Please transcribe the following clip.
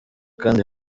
kandi